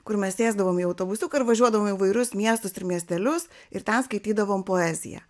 kur mes sėsdavom į autobusiuką ir važiuodavom į įvairius miestus ir miestelius ir ten skaitydavom poeziją